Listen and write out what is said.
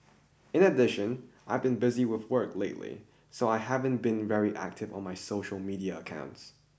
in addition I've been busy with work lately so I haven't been very active on my social media accounts